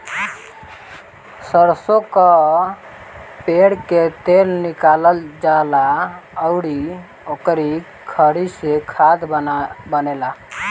सरसो कअ पेर के तेल निकालल जाला अउरी ओकरी खरी से खाद बनेला